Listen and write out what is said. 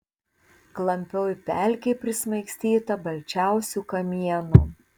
klampioj pelkėj prismaigstyta balčiausių kamienų